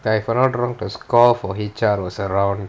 if I'm not wrong the score for H_R was around